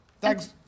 Thanks